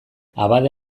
abade